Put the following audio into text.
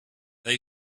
they